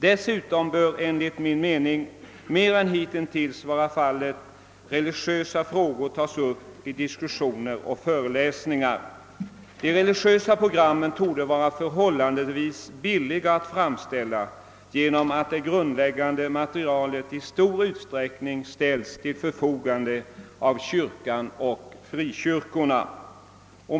Dessutom bör enligt min mening mer än hittills religiösa frågor tas upp i diskussioner och föreläsningar. De religiösa programmen torde vara förhållandevis billiga att framställa genom att det grundläggande materialet i stor utsträckning ställs till förfogande av statskyrkan och frikyrkorna.